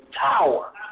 tower